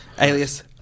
Alias